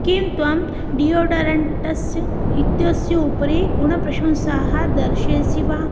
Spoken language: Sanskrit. किं त्वं डियोडरेण्टस् इत्यस्य उपरि गुणप्रशंसाः दर्शयसि वा